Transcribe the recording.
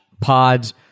pods